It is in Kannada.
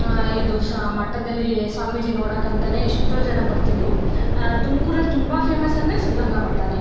ಇದು ಶ ಮಠದಲ್ಲಿ ಸ್ವಾಮೀಜಿ ನೋಡಕಂತಲೇ ಎಷ್ಟೋ ಜನ ಬರ್ತಿದ್ದರು ತುಮ್ಕೂರಲ್ಲಿ ತುಂಬ ಫೇಮಸ್ ಅಂದರೆ ಸಿದ್ಧಗಂಗಾ ಮಠಾನೇ